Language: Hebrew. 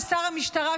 לשר המשטרה,